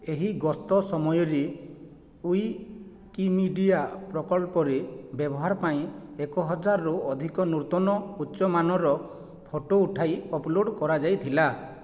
ଏହି ଗସ୍ତ ସମୟରେ ୱିକିମିଡ଼ିଆ ପ୍ରକଳ୍ପରେ ବ୍ୟବହାର ପାଇଁ ଏକହଜାରରୁ ଅଧିକ ନୂତନ ଉଚ୍ଚ ମାନର ଫୋଟୋ ଉଠାଇ ଅପଲୋଡ୍ କରାଯାଇଥିଲା